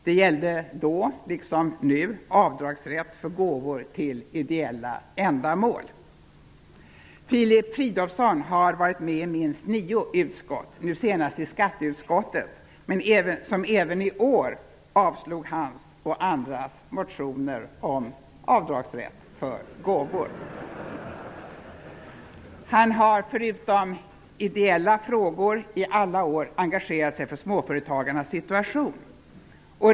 Det gällde då, liksom nu, avdragsrätt för gåvor till ideella ändamål. Filip Fridolfsson har varit med i minst nio utskott, nu senast i skatteutskottet, som även i år avstyrkte hans och andras motioner om avdragsrätt för gåvor. Han har förutom ideella frågor i alla år engagerat sig för småföretagarnas situation.